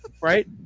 right